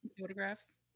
photographs